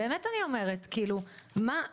באמת אני אומרת כאילו, מה?